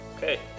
Okay